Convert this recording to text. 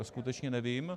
To skutečně nevím.